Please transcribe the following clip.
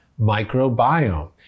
microbiome